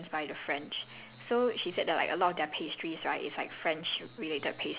area um how to say like cambodia is heavily influenced by the french